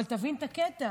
אבל תבין את הקטע: